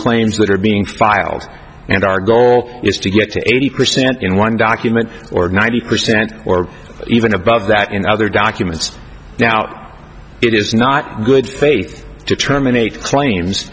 claims that are being filed and our goal is to get to eighty percent in one document or ninety percent or even above that in other documents now it is not a good thing to terminate claims